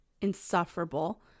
insufferable